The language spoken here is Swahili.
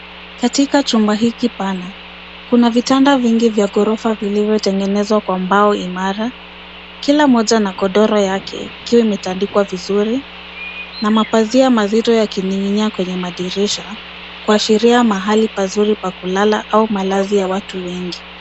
Katika chumba hiki pana, kuna vitanda vingi vya ghorofa vilivyo tenegenezwa kwa mbao imara , kila moja na gorodoro yake ikiwa kimetandikwa vizuri na mapazia mazito yakining'nia kwenye madirisha kuasheria mahali pazuri pa kulala au malizi ya watu wengi.